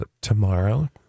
tomorrow